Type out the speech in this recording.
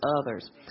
others